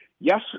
Yes